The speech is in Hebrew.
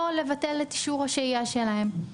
או לבטל את אישור השהייה שלהם.